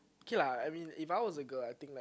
okay lah I mean if I was a girl I think like